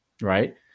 Right